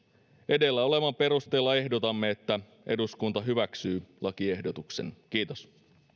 edellä olevan perusteella ehdotamme että eduskunta hyväksyy lakiehdotuksen kiitos